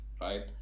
right